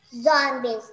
zombies